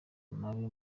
mabi